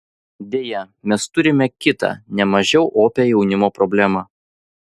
deja mes turime kitą ne mažiau opią jaunimo problemą